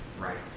right